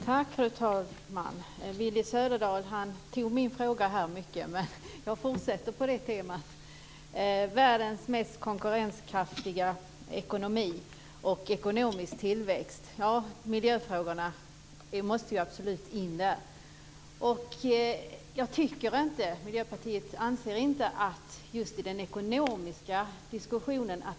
Herr talman! Willy Söderdahl tog min fråga här. Men jag fortsätter på temat världens mest konkurrenskraftiga ekonomi och ekonomisk tillväxt. Miljöfrågorna måste ju absolut in där. Miljöpartiet anser inte att dessa frågor kommer in just i den ekonomiska diskussionen.